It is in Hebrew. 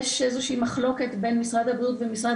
יש איזושהי מחלוקת בין משרד הבריאות ומשרד